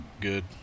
good